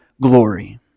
glory